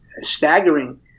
staggering